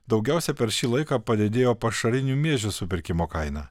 daugiausia per šį laiką padidėjo pašarinių miežių supirkimo kaina